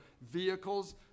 vehicles